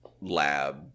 lab